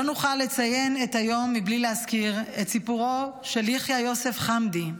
לא נוכל לציין את היום מבלי להזכיר את סיפורו של יחיא יוסף חמדי,